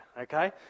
okay